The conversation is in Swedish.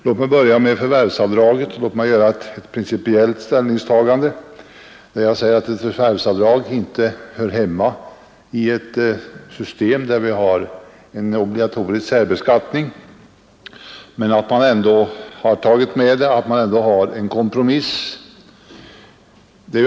För att börja med förvärvsavdraget är det ett principiellt ställningstagande när jag säger att förvärvsavdraget inte hör hemma i ett system med obligatorisk särbeskattning. När det ändå tagits med har man gjort en kompromiss.